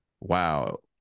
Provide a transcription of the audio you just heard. wow